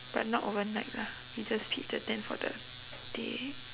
but not overnight lah we just pitch the tent for the day